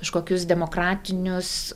kažkokius demokratinius